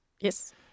Yes